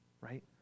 right